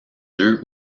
deux